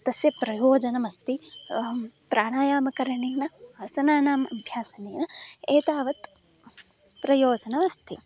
तस्य प्रयोजनम् अस्ति अहं प्राणायामं करणेन आसनानाम् अभ्यासनेन एतावत् प्रयोजनमस्ति